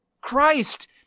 Christ